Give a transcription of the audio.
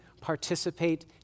participate